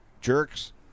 jerks